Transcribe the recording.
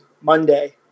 Monday